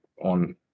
on